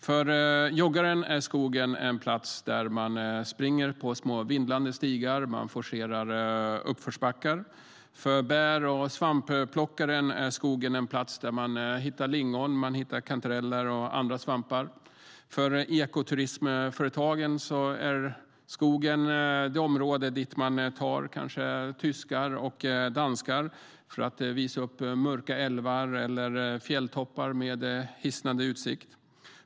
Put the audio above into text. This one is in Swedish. För joggaren är skogen en plats där man springer på små, vindlande stigar och forcerar uppförsbackar. För bär och svampplockaren är skogen en plats där man hittar lingon, kantareller och andra svampar. För ekoturismföretagen är skogen det område dit man tar kanske tyskar och danskar för att visa upp mörka älvar eller fjälltoppar med hisnande utsikt.